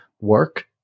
work